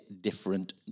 different